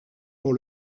pour